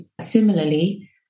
similarly